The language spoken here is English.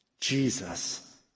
Jesus